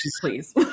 please